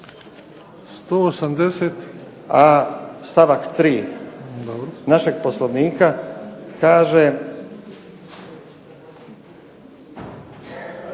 stavak 3. našeg Poslovnika kaže